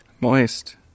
Moist